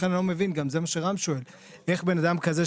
לכן אני לא מבין זה גם מה שרם שואל איך בן אדם כזה,